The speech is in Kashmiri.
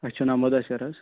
اَسہِ چھِ ناو مُدثر حظ